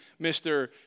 Mr